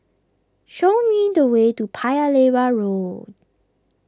show me the way to Paya Lebar Road